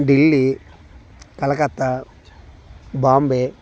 Delhi Calcutta Bombay